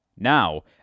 Now